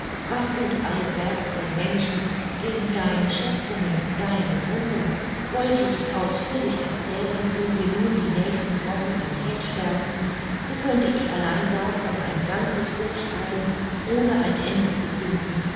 was sind alle werke der menschen gegen deine schöpfungen deine wunder wollte ich ausführlich erzählen wo wir nun die nächsten wochen umher schwärmten so könnte ich allein davon ein ganzes buch schreiben ohne ein ende zu finden